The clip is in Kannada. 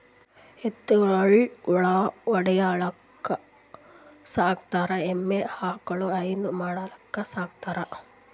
ಎತ್ತ್ ಗೊಳ್ ಹೊಲ್ದಾಗ್ ಗಳ್ಯಾ ಹೊಡಿಲಿಕ್ಕ್ ಸಾಕೋತಾರ್ ಎಮ್ಮಿ ಆಕಳ್ ಹೈನಾ ಮಾಡಕ್ಕ್ ಸಾಕೋತಾರ್